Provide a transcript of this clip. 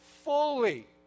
Fully